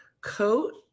coat